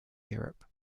europe